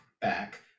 back